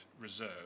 reserve